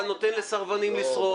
אתה נותן לסרבנים לשרוד.